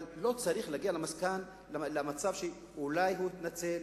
אבל לא צריך להגיע למצב שאולי הוא התנצל.